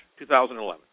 2011